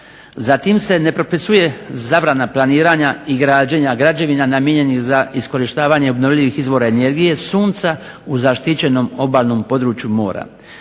Zatim se ne propisuje zabrana planiranja i građenja građevina namijenjenih za iskorištavanje obnovljivih izvora energije sunca u zaštićenom obalnom području mora.